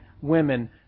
women